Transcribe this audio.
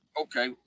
Okay